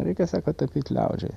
reikia sako tapyt liaudžiai